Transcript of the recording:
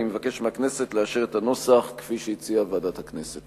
אני מבקש מהכנסת לאשר את הנוסח שהציעה ועדת הכנסת.